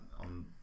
on